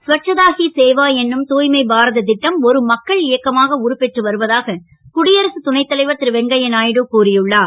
ஸ்வட்சதா ஹி சேவா என்னும் தூ மை பாரத ட்டம் ஒரு மக்கள் இயக்கமாக உருபெற்று வருவதாக குடியரசு துணை தலைவர் ருவெங்க ய நாயுடு கூறியுள்ளார்